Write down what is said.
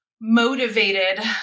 motivated